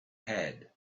had